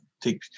take